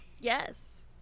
yes